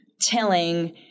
tilling